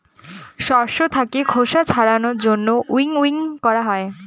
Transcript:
শস্য থাকে খোসা ছাড়ানোর জন্য উইনউইং করা হয়